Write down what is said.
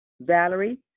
Valerie